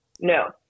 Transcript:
No